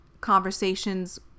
conversations